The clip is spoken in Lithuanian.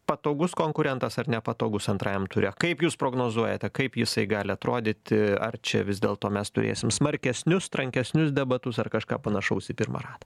patogus konkurentas ar nepatogus antrajam ture kaip jūs prognozuojate kaip jisai gali atrodyti ar čia vis dėlto mes turėsim smarkesnius tankesnius debatus ar kažką panašaus į pirmą ratą